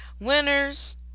winners